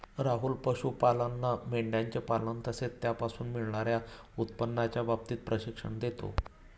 राहुल पशुपालांना मेंढयांचे पालन तसेच त्यापासून मिळणार्या उत्पन्नाच्या बाबतीत प्रशिक्षण देतो